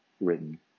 written